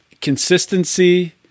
consistency